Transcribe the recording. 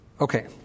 Okay